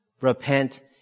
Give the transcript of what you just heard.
Repent